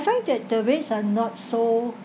I find that the rates are not so